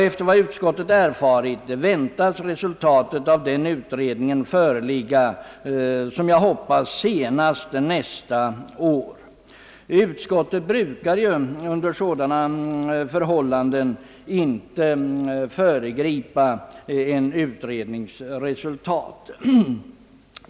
Efter vad utskottet erfarit väntas resultatet av denna utredning föreligga senast nästa år. Utskottet brukar ju under sådana förhållanden inte föregripa en utrednings resultat.